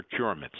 procurements